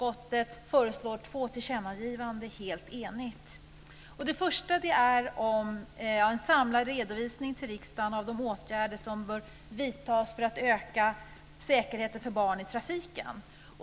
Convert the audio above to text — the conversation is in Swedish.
Det första tillkännagivandet gäller en samlad redovisning för riksdagen av de åtgärder som bör vidtas för att öka säkerheten för barn i trafiken.